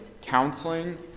counseling